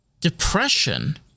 Depression